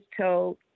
told